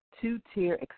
Two-Tier